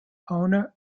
owner